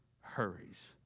hurries